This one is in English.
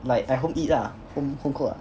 like at home eat ah home cook ah